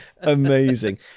Amazing